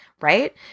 right